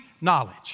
knowledge